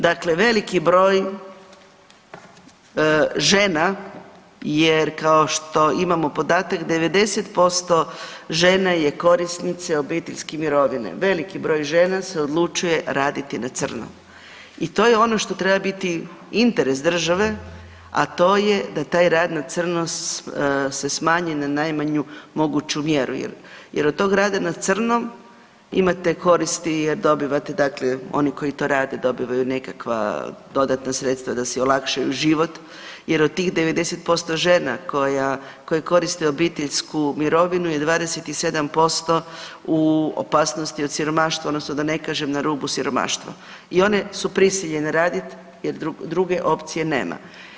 Dakle, veliki broj žena jer kao što imamo podatak 90% žena je korisnica obiteljske mirovine, veliki broj žena se odlučuje raditi na crno i to je ono što treba biti interes države, a to je da taj rad na crno se smanji na najmanju moguću mjeru jer od tog rada na crno imate koristi jer dobivate dakle oni koji to rade dobivaju nekakva dodatna sredstva da si olakšaju život jer od tih 90% žena koje koriste obiteljsku mirovinu je 27% u opasnosti od siromaštva odnosno da ne kažem na rubu siromaštva i one su prisiljene radit jer druge opcije nema.